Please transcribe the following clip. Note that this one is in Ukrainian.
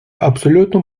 абсолютно